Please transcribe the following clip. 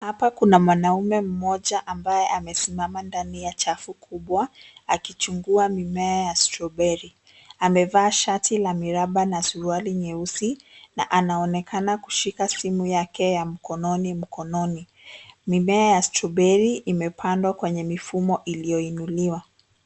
Hapa kuna mwanaume mmoja ambaye amesimama ndani ya chafu kubwa akichunguza mimea ya strawberry . Amevaa shati la miraba na suruali nyeusi na anaonekana kushika simu yake ya mkononi mkononi. Mimea ya strawberry imepandwa kwenye mifumo ulioinuliwa.